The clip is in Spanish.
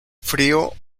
frío